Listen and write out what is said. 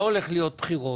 לא הולך להיות בחירות,